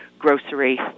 grocery